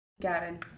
Gavin